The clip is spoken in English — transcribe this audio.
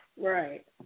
right